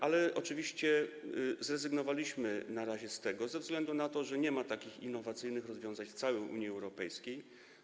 Ale oczywiście zrezygnowaliśmy na razie z tego ze względu na to, że nie ma takich innowacyjnych rozwiązań w całej Unii Europejskiej.